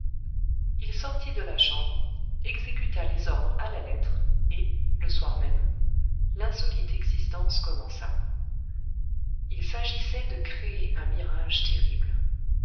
il sortit de la chambre exécuta les ordres à la lettre et le soir même l'insolite existence commença il s'agissait de créer un mirage terrible